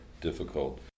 difficult